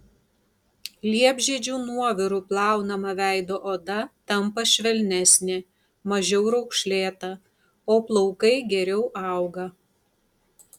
liepžiedžių nuoviru plaunama veido oda tampa švelnesnė mažiau raukšlėta o plaukai geriau auga